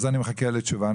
אני מחכה לתשובה.